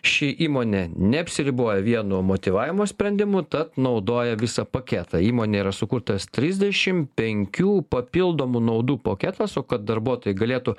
ši įmonė neapsiriboja vienu motyvavimo sprendimu tad naudoja visą paketą įmonėj yra sukurtas trisdešim penkių papildomų naudų paketas o kad darbuotojai galėtų